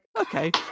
okay